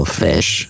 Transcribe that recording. fish